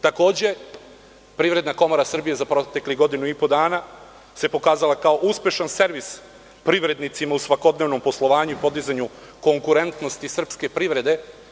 Takođe, Privredna komora Srbije se za proteklih godinu i po dana pokazala kao uspešan servis privrednicima u svakodnevnom poslovanju i podizanju konkurentnosti srpske privrede.